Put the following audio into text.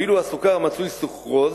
ואילו הסוכר מצוי, סוכרוז,